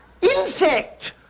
Insect